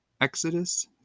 Exodus